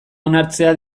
onartzea